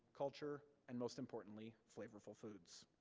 culture, and most importantly, flavorful foods.